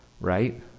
right